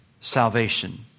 salvation